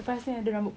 one wish